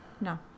No